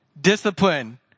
discipline